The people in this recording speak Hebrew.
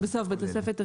בסוף בתוספת השמינית.